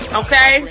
okay